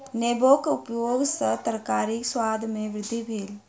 नेबोक उपयग सॅ तरकारीक स्वाद में वृद्धि भेल